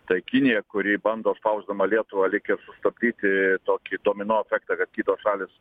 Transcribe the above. tai kinija kuri bando spausdama lietuvą lyg ir sustabdyti tokį domino efektą kad kitos šalys